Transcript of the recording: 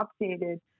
updated